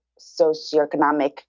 socioeconomic